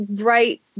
right